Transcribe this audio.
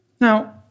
Now